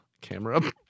camera